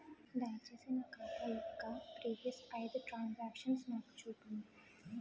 దయచేసి నా ఖాతా యొక్క ప్రీవియస్ ఐదు ట్రాన్ సాంక్షన్ నాకు చూపండి